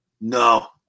No